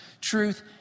truth